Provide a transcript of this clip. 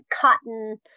cotton